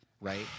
right